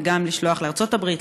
וגם לשלוח לארצות-הברית,